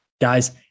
Guys